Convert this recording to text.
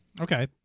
Okay